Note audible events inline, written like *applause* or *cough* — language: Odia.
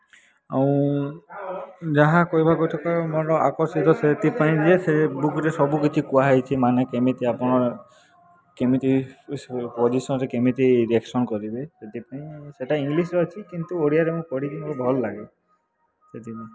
ଆଉ ଯାହା କହିବା କଥା କହିବ *unintelligible* ସେଥିପାଇଁ ଯେ ସେ ବୁକରେ ସବୁକିଛି କୁହା ହେଇଛି ମାନେ କେମିତି ଆପଣ କେମିତି ସବୁ ପରିସରରେ କେମିତି ରିଆକ୍ସନ୍ କରିବେ ସେଥିପାଇଁ ସେଇଟା ଇଙ୍ଗଲିଶରେ ଅଛି କିନ୍ତୁ ଓଡ଼ିଆରେ ମୁଁ ପଢ଼ିକି ଭଲ ଲାଗେ ସେଥିପାଇଁ